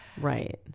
Right